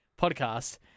podcast